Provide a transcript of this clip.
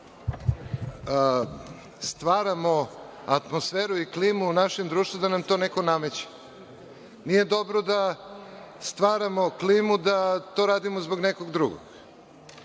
stvaramo atmosferu i klimu u našem društvu i da nam to neko nameće. Nije dobro da stvaramo klimu da to radimo zbog nekog drugog.